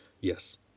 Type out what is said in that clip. yes